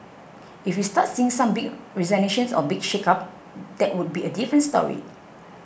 if we start seeing some big resignations or big shake up that would be a different story